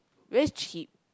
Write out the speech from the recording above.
very cheap